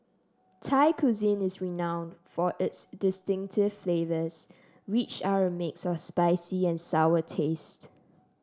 Thai cuisine is renowned for its distinctive flavors which are a mix of spicy and sour taste